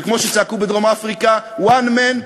וכמו שצעקו בדרום-אפריקה: "one man,